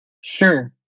Sure